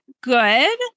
good